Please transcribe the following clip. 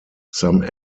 some